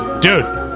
Dude